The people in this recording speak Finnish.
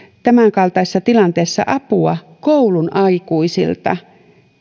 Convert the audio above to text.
tämänkaltaisessa tilanteessa apua koulun aikuisilta